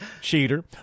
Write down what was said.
cheater